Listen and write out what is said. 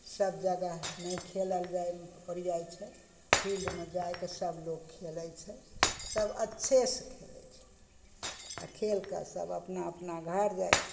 सब जगह नहि खेलल जाय छै फील्डमे जा कऽ सब लोग खेलय छै सब अच्छेसँ खेलय छै आओर खेलके सब अपना अपना घर जाइ छै